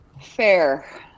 Fair